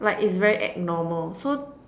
like it's very abnormal so